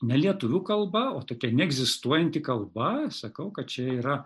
ne lietuvių kalba o tokia neegzistuojanti kalba sakau kad čia yra